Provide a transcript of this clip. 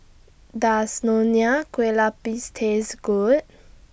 Does Nonya Kueh Lapis Taste Good